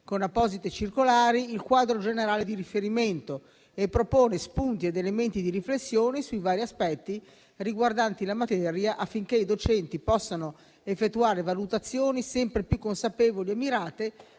con apposite circolari, il quadro generale di riferimento e propone spunti ed elementi di riflessione sui vari aspetti riguardanti la materia, affinché i docenti possano effettuare valutazioni sempre più consapevoli e mirate